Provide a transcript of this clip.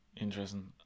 Interesting